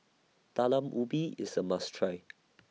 Talam Ubi IS A must Try